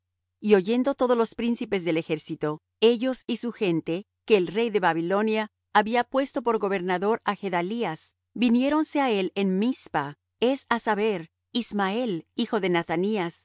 y oyendo todos los príncipes del ejército ellos y su gente que el rey de babilonia había puesto por gobernador á gedalías viniéronse á él en mizpa es á saber ismael hijo de nathanías